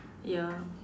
ya